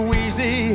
easy